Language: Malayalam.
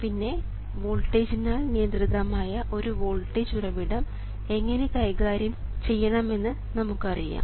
പിന്നെ വോൾട്ടേജിനാൽ നിയന്ത്രിതമായ ഒരു വോൾട്ടേജ് ഉറവിടം എങ്ങനെ കൈകാര്യം ചെയ്യണമെന്ന് നമുക്കറിയാം